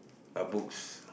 uh books